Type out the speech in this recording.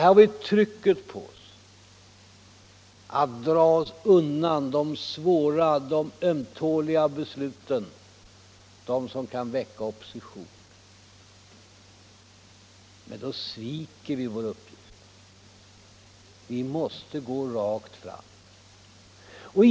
Där har vi trycket på oss att dra oss undan de svåra och ömtåliga besluten, de som kan väcka opposition. Men då sviker vi vår uppgift. Vi måste gå rakt fram.